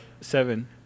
Seven